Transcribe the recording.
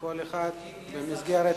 אדוני היושב-ראש,